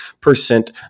percent